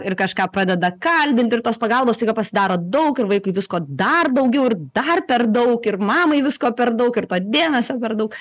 ir kažką pradeda kalbinti ir tos pagalbos staiga pasidaro daug ir vaikui visko dar daugiau ir dar per daug ir mamai visko per daug ir to dėmesio per daug